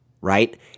Right